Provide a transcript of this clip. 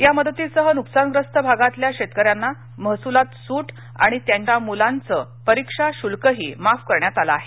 या मदतीसह न्कसानग्रस्त भागातल्या शेतकऱ्यांना महसुलात सूट आणि त्यांच्या मुलांचं परीक्षा शुल्कही माफ करण्यात आलं आहे